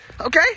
Okay